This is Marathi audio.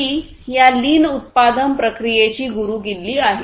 जी या लीन उत्पादन प्रक्रियेची गुरुकिल्ली आहे